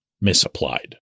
misapplied